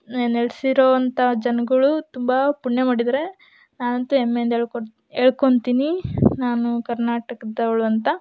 ನೆಲೆಸಿರೋ ಅಂಥ ಜನಗಳು ತುಂಬ ಪುಣ್ಯ ಮಾಡಿದಾರೆ ನಾನಂತೂ ಹೆಮ್ಮೆಯಿಂದ ಹೇಳ್ಕೊಡ್ ಹೇಳ್ಕೊಂತಿನಿ ನಾನು ಕರ್ನಾಟಕದವಳು ಅಂತ